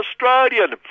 Australian